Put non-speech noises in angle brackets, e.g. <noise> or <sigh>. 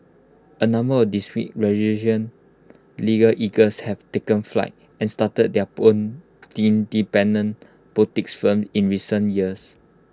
A number of dispute resolution legal eagles have taken flight and started their own <unintelligible> boutique firms in recent years